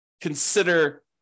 consider